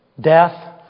death